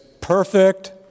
perfect